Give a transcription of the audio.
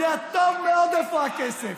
יודע טוב מאוד איפה הכסף.